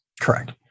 Correct